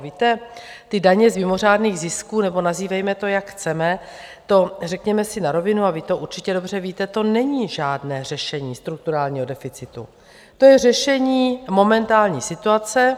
Víte, ty daně z mimořádných zisků nebo nazývejme to, jak chceme řekněme si na rovinu, a vy to určitě dobře víte, to není žádné řešení strukturálního deficitu, to je řešení momentální situace.